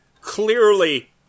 clearly